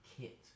kit